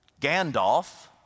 Gandalf